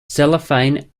cellophane